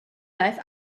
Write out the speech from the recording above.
life